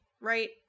right